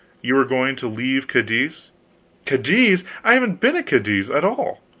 you were going to leave cadiz cadiz! i haven't been at cadiz at all!